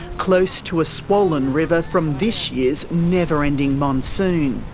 close to a swollen river from this year's never ending monsoon.